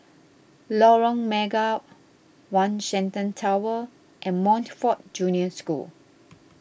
Lorong Mega one Shenton Tower and Montfort Junior School